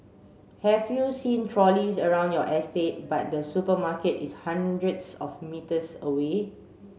have you seen trolleys around your estate but the supermarket is hundreds of metres away